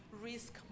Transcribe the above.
risk